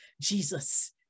Jesus